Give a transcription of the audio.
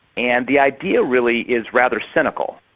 and the idea really is rather cynical.